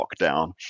lockdown